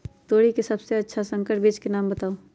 तोरी के सबसे अच्छा संकर बीज के नाम बताऊ?